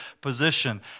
position